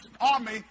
army